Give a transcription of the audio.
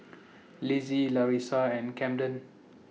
Lizzie Larissa and Camden